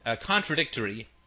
contradictory